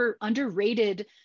underrated